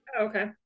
Okay